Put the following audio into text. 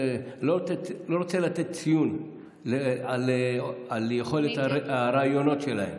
אני לא רוצה לתת ציון על יכולת הראיונות שלהם.